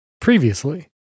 previously